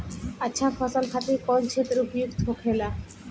अच्छा फसल खातिर कौन क्षेत्र उपयुक्त होखेला?